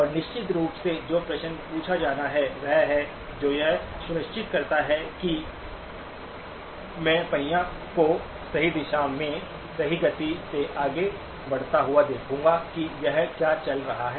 और निश्चित रूप से जो प्रश्न पूछा जाना है वह है जो यह सुनिश्चित करता है कि मैं पहिया को सही दिशा में सही गति से आगे बढ़ता हुआ देखूंगा कि यह क्या चल रहा है